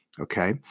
okay